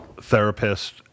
therapist